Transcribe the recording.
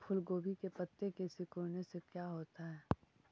फूल गोभी के पत्ते के सिकुड़ने से का होता है?